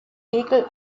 regel